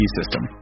system